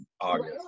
August